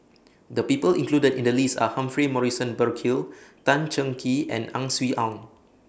The People included in The list Are Humphrey Morrison Burkill Tan Cheng Kee and Ang Swee Aun